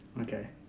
okay